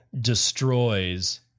destroys